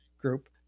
group